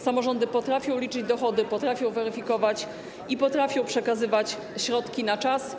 Samorządy potrafią liczyć dochody, potrafią weryfikować i potrafią przekazywać środki na czas.